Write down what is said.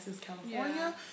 California